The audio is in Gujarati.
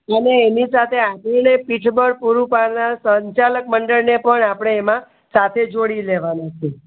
અને એની સાથે આપણને પીઠબળ પૂરું પાડનાર સંચાલક મંડળને પણ આપણે એમાં સાથે જોડી દેવાનું છે